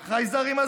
חייזרים.